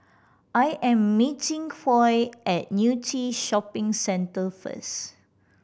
I am meeting Foy at Yew Tee Shopping Centre first